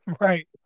Right